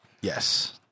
Yes